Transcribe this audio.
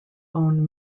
own